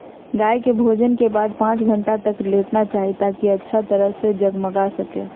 गाय के भोजन के बाद पांच घंटा तक लेटना चाहि, ताकि अच्छा तरह से जगमगा सकै